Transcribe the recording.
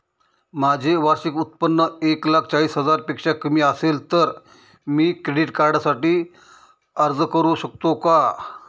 माझे वार्षिक उत्त्पन्न एक लाख चाळीस हजार पेक्षा कमी असेल तर मी क्रेडिट कार्डसाठी अर्ज करु शकतो का?